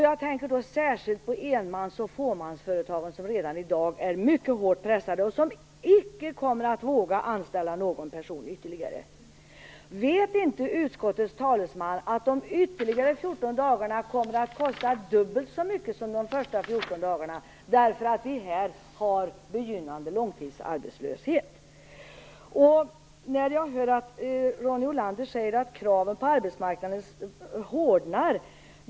Jag tänker då särskilt på enmans och fåmansföretagen, som redan i dag är mycket hårt pressade och som nu icke kommer att våga anställa ytterligare någon person. Vet inte utskottets talesman att de ytterligare 14 dagarna kommer att kosta dubbelt så mycket som de första 14 dagarna, därför att vi här har begynnande långtidsarbetslöshet? Ronny Olander säger att kraven på arbetsmarknaden hårdnar.